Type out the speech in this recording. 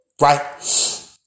right